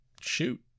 shoot